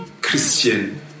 Christian